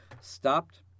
stopped